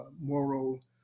moral